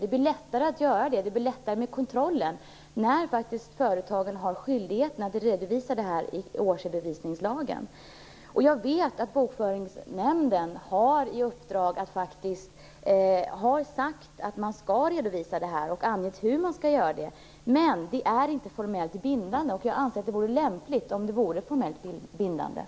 Det blir lättare att genomföra kontrollen om företagen har en skyldighet att redovisa detta enligt årsredovisningslagen. Jag vet att Bokföringsnämnden har sagt att man skall redovisa det här och har angivit hur det skall ske. Detta krav är inte formellt bindande, men jag anser att det vore lämpligt att det skulle vara det.